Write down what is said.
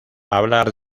hablar